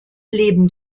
leben